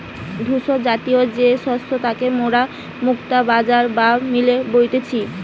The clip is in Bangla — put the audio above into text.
ধূসরজাতীয় যে শস্য তাকে মোরা মুক্তা বাজরা বা মিলেট বলতেছি